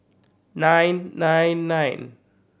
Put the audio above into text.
nine nine nine